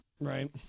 Right